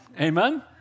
Amen